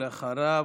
ואחריו,